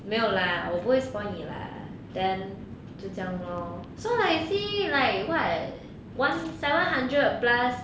没有 lah 我不会 spoilt 你 lah then 就这样 lor so I see like what one seven hundred plus